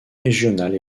régionales